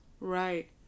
Right